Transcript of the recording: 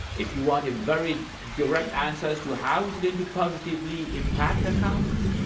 if you wanted very direct answers to how it's going to positively impact the college,